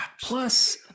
plus